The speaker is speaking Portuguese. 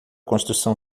construção